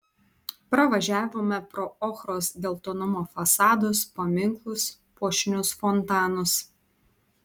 pravažiavome pro ochros geltonumo fasadus paminklus puošnius fontanus